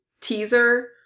teaser